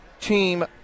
team